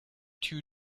two